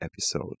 episode